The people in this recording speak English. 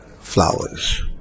flowers